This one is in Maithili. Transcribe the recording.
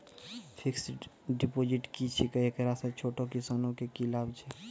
फिक्स्ड डिपॉजिट की छिकै, एकरा से छोटो किसानों के की लाभ छै?